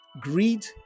greed